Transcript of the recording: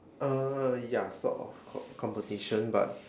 uh ya sort of co~ competition but